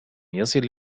يصل